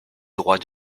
droit